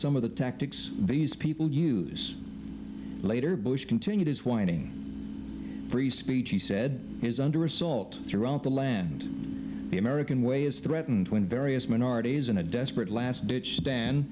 some of the tactics these people use later bush continued his whining free speech he said is under assault throughout the land the american way is threatened when various minorities in a desperate last ditch dan